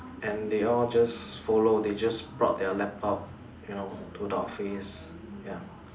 and they all just follow they just brought their laptop you know to the office ya